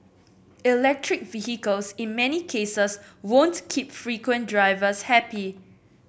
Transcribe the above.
electric vehicles in many cases won't keep frequent drivers happy